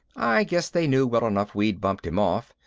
i guess they knew well enough we'd bumped him off,